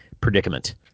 predicament